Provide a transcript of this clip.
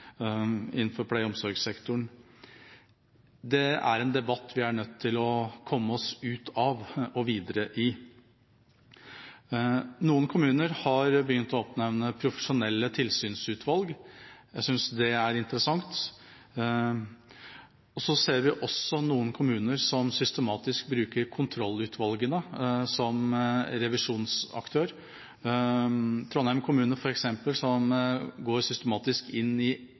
innenfor pleie- og omsorgssektoren. Det er en debatt vi er nødt til å komme oss ut av og videre i. Noen kommuner har begynt å åpne profesjonelle tilsynsutvalg. Jeg synes det er interessant. Så er det noen kommuner som systematisk bruker kontrollutvalgene som revisjonsaktør. Trondheim kommune, f.eks., går systematisk inn i